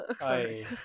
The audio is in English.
Sorry